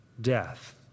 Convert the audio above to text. death